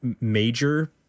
major